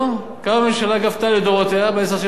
כמה הממשלה גבתה, לדורותיה, בעשר השנים האחרונות?